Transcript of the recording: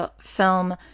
film